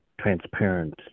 transparent